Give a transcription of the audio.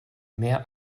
mehr